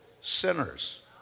sinners